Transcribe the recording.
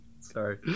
sorry